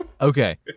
Okay